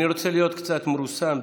אני רוצה להיות קצת מרוסן.